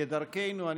כדרכנו.